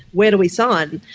where do we sign.